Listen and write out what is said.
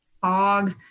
fog